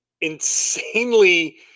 insanely